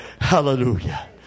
Hallelujah